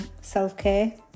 self-care